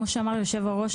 כמו שאמר יושב הראש,